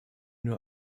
nur